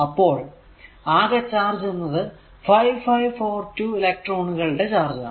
അപ്പോൾ അകെ ചാർജ് എന്നത് 5542 എലെക്ട്രോണുകളുടെ ആണ്